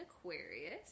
Aquarius